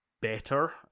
better